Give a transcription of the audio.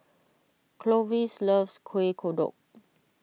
Clovis loves Kueh Kodok